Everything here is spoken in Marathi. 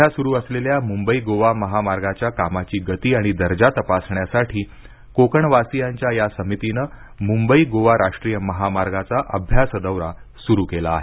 सध्या सुरू असलेल्या मुंबई गोवा महामार्गाच्या कामाची गती आणि दर्जा तपासण्यासाठी कोकणवासीयांच्या या समितीन मुंबई गोवा राष्ट्रीय महामार्गाचा अभ्यासदौरा सुरू केला आहे